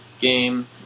game